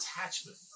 attachment